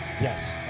Yes